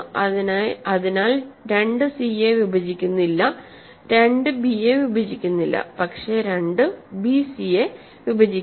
അതിനാൽ 2 സി യെ വിഭജിക്കുന്നില്ല 2 ബി യെ വിഭജിക്കുന്നില്ല പക്ഷേ 2 ബിസിയെ വിഭജിക്കുന്നു